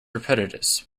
repetitious